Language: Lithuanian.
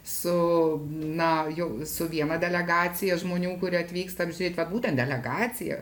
su na jau su viena delegacija žmonių kurie atvyksta apžiūrėti va būtent delegaciją